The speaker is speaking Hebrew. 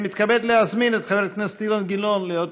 אני מתכבד להזמין את חבר הכנסת אילן גילאון להיות